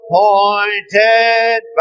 pointed